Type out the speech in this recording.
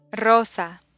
Rosa